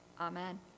amen